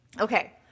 Okay